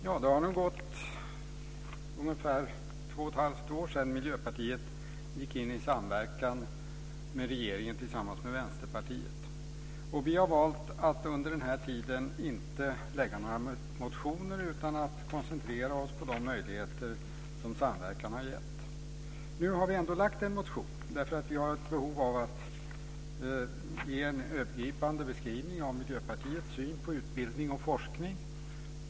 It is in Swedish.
Fru talman! Det har nu gått två och ett halvt år sedan Miljöpartiet gick in i samverkan med regeringen tillsammans med Vänsterpartiet. Vi har valt att inte lägga fram några motioner under den tiden utan koncentrera oss på de möjligheter som samverkan har gett. Nu har vi ändå lagt fram en motion. Vi har ett behov av att ge en övergripande beskrivning av Miljöpartiets syn på utbildning och forskning.